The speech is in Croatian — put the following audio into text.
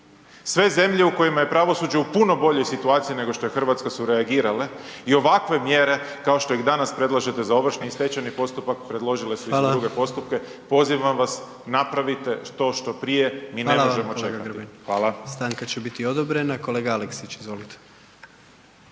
sve zemlje u kojima je pravosuđe u puno boljoj situaciji nego što je Hrvatska su reagirali i ovakve mjere kao što ih danas predlažete za ovršeni i stečajni postupak predložile su i za druge postupke. Pozivam vas, napravite to što prije mi ne možemo čekati. Hvala. **Jandroković, Gordan